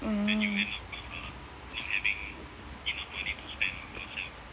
mm